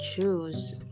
choose